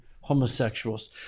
homosexuals